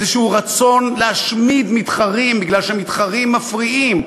איזשהו רצון להשמיד מתחרים בגלל שמתחרים מפריעים.